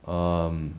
um